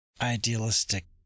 idealistic